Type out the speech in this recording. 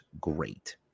great